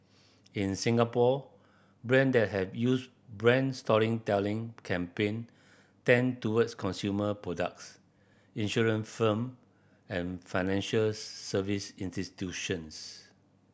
in Singapore brand that have used brand storytelling campaign tend towards consumer products insurance firm and financial service institutions